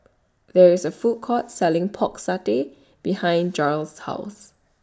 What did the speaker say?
There IS A Food Court Selling Pork Satay behind Jair's House